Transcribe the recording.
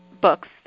books